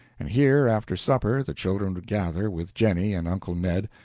and here after supper the children would gather, with jennie and uncle ned,